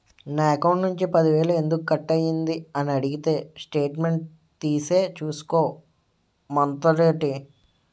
నా అకౌంట్ నుంచి పది వేలు ఎందుకు కట్ అయ్యింది అని అడిగితే స్టేట్మెంట్ తీసే చూసుకో మంతండేటి